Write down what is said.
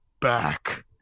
back